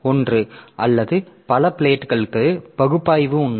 ஒன்று அல்லது பல பிளேட்களுக்கு பகுப்பாய்வு உண்மை